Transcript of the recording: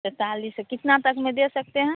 पैंतालिस है कितना तक में दे सकते हैं